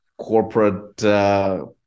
corporate